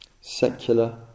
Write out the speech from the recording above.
secular